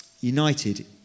United